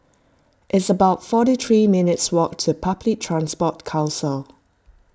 it's about forty three minutes' walk to Public Transport Council